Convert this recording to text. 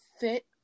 fit